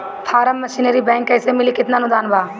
Form machinery बैक कैसे मिली कितना अनुदान बा?